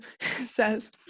says